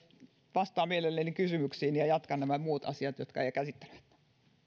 vastaan mielelläni kysymyksiin ja jatkan nämä muut asiat jotka jäivät käsittelemättä